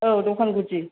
औ दखान गुदि